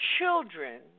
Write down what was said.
children